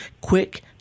quick